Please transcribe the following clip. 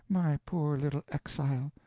my poor little exile!